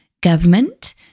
government